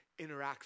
interacts